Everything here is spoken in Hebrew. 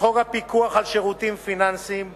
הפיקוח על שירותים פיננסיים (ביטוח),